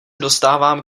dostávám